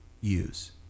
use